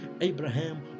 Abraham